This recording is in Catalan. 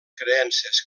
creences